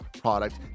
product